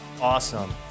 Awesome